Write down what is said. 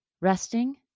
resting